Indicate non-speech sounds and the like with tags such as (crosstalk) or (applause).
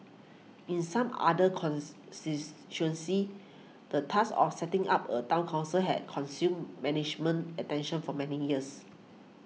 in some other (unintelligible) the task of setting up a Town Council has consumed management attention for many years